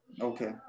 Okay